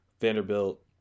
Vanderbilt